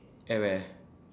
at where